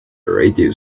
radio